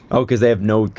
oh, because they have no,